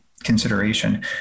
consideration